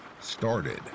started